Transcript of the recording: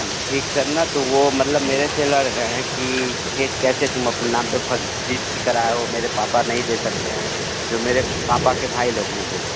ठीक सर ना तो वो मतलब मेरे से लड़ रहे हैं कि खेत कैसे तुम अपने नाम पे फ़र्ज़ी कराए हो मेरे पापा नहीं दे सकते हैं जो मेरे पापा के भाई लोग हैं दो